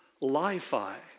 Li-Fi